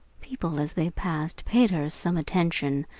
people, as they passed, paid her some attention,